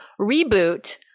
reboot